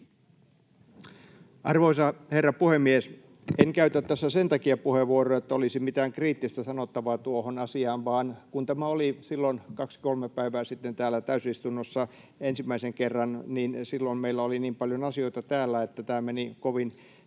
Arvoisa herra puhemies! En käytä tässä puheenvuoroa sen takia, että olisi mitään kriittistä sanottavaa tuohon asiaan, vaan sen takia, että kun tämä oli silloin kaksi kolme päivää sitten täällä täysistunnossa ensimmäisen kerran, meillä oli täällä niin paljon asioita, että tämä meni kovin